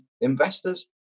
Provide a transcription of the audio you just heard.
investors